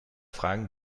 fragen